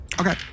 Okay